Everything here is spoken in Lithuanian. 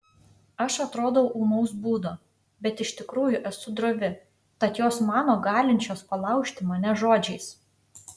aš atrodau ūmaus būdo bet iš tikrųjų esu drovi tad jos mano galinčios palaužti mane žodžiais